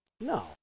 No